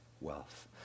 wealth